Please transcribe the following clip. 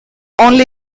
only